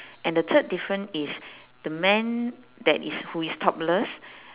and the third different is the man that is who is topless